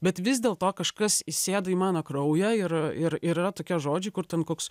bet vis dėlto kažkas įsėdo į mano kraują ir ir ir yra tokie žodžiai kur ten koks